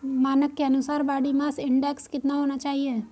मानक के अनुसार बॉडी मास इंडेक्स कितना होना चाहिए?